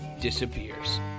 disappears